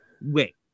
Wait